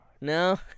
No